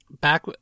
back